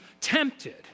tempted